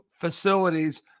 facilities